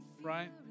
right